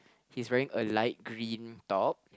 he's wearing a light green top